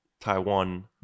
taiwan